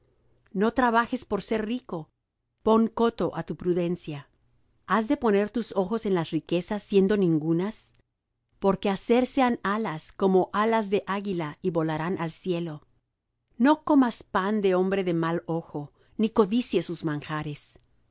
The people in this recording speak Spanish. no trabajes por ser rico pon coto á tu prudencia has de poner tus ojos en las riquezas siendo ningunas porque hacerse han alas como alas de águila y volarán al cielo no comas pan de hombre de mal ojo ni codicies sus manjares